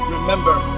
Remember